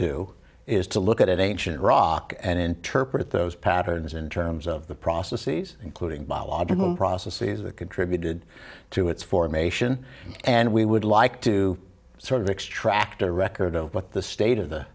do is to look at it ancient rock and interpret those patterns in terms of the processes including biological processes that contributed to its formation and we would like to sort of extract a record of what the state of the